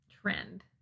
trend